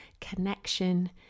connection